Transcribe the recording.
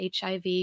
HIV